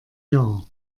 jahr